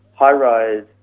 high-rise